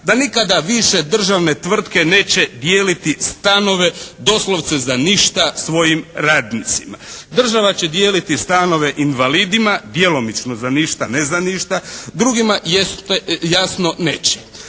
da nikada više državne tvrtke neće dijeliti stanove doslovce za ništa svojim radnicima. Država će dijeliti stanove invalidima djelomično za ništa, ne za ništa. Drugima jasno neće.